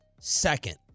second